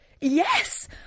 Yes